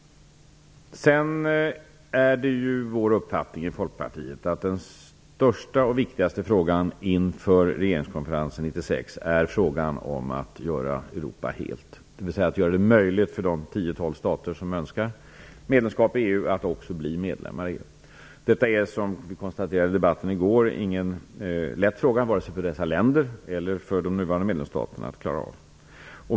Vi i Folkpartiet har uppfattningen att den största och viktigaste frågan inför regeringskonferensen 1996 är frågan om att göra Europa helt, dvs. att göra det möjligt för de tio till tolv stater som önskar medlemskap i EU att också bli medlemmar i EU. Som vi konstaterade i debatten i går är det ingen lätt fråga vare sig för de här länderna eller för de nuvarande medlemsstaterna att klara av.